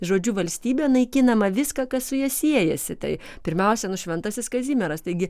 žodžiu valstybė naikinama viską kas su ja siejasi tai pirmiausia nu šventasis kazimieras taigi